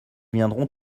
viendront